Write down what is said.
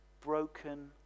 broken